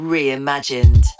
Reimagined